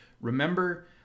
Remember